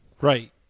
Right